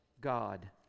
God